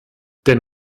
denn